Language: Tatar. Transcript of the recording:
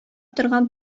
торган